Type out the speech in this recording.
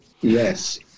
Yes